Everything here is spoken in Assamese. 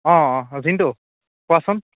অঁ অঁ জিন্তু কোৱাচোন